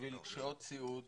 למתן שעות סיעוד